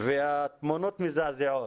והתמונות מזעזעות.